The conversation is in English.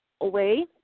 away